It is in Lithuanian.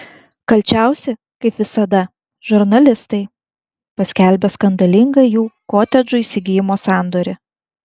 kalčiausi kaip visada žurnalistai paskelbę skandalingą jų kotedžų įsigijimo sandorį